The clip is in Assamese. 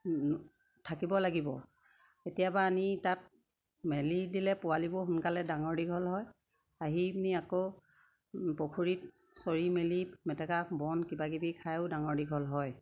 থাকিব লাগিব কেতিয়াবা আনি তাত মেলি দিলে পোৱালিবোৰ সোনকালে ডাঙৰ দীঘল হয় আহি পিনি আকৌ পুখুৰীত চৰি মেলি মেটেকা বন কিবাকিবি খাইও ডাঙৰ দীঘল হয়